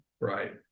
right